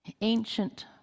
ancient